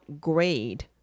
grade